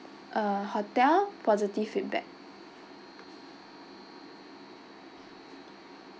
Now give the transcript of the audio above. uh hotel positive feedback